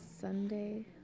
Sunday